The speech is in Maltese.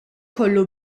kollu